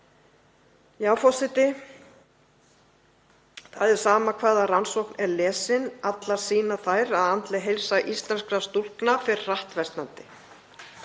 Já, forseti, það er sama hvaða rannsókn er lesin. Allar sýna þær að andleg heilsa íslenskra stúlkna fer hratt versnandi.